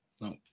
No